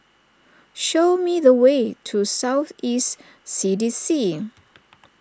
show me the way to South East C D C